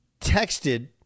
texted